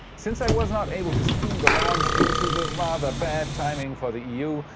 since i was not able to stream the launch due to the rather bad timing for the eu,